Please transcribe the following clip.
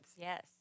Yes